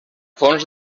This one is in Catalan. fons